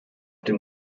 dem